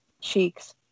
cheeks